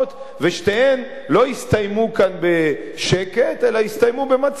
ושתיהן לא הסתיימו כאן בשקט אלא הסתיימו במצב שגם